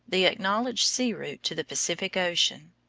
the acknowledged sea-route to the pacific ocean.